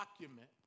document